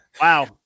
Wow